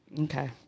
Okay